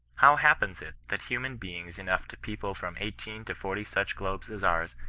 how happens it that human beings enough to people from eighteen to forty such globes as ours,